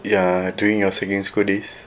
ya during your secondary school days